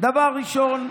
דבר ראשון,